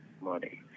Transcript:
money